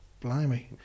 Blimey